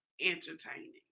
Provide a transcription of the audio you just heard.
entertaining